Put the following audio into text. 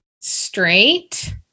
straight